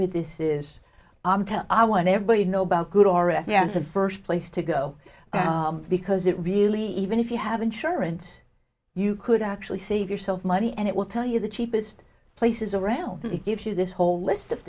with this is i want everybody to know about good already answered first place to go because it really even if you have insurance you could actually save yourself money and it will tell you the cheapest places around and it gives you this whole list of